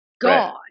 God